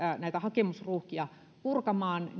hakemusruuhkia purkamaan